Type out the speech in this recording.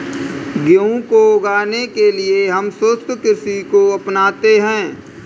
गेहूं को उगाने के लिए हम शुष्क कृषि को अपनाते हैं